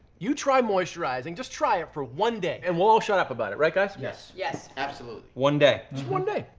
you try moisturizing, just try it for one day, and we'll all shut up about it, right, guys? yes. yes. absolutely. one day. just one day.